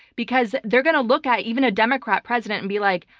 because they're going to look at even a democrat president and be like,